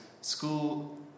school